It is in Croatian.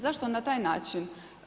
Zašto na taj nači?